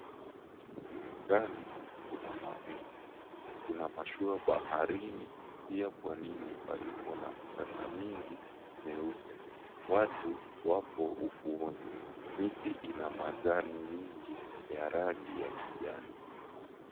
Angani kuna mawingu, kuna mashua baharini pia pwanini palipo na mchanga mingi mweupe. Watu wapo ufuoni. Miti ina majani nyingi ya rangi ya kijani.